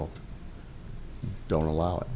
old don't allow it